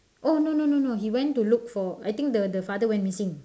oh no no no no he went to look for I think the the father went missing